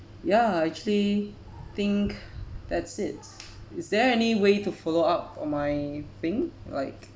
ya actually think that's it is there any way to follow up on my thing like